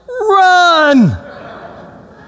run